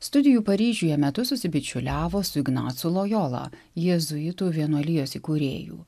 studijų paryžiuje metu susibičiuliavo su ignacu lojola jėzuitų vienuolijos įkūrėju